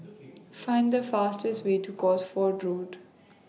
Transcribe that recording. Find The fastest Way to Cosford Road